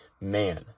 man